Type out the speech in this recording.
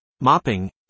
mopping